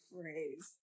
phrase